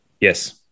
Yes